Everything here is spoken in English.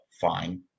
fine